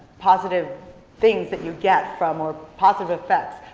positive things that you get from, more positive effects,